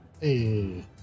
Hey